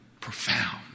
Profound